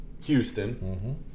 Houston